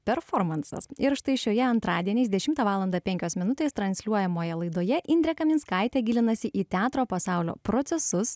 performansas ir štai šioje antradieniais dešimtą valandą penkios minutės transliuojamoje laidoje indrė kaminskaitė gilinasi į teatro pasaulio procesus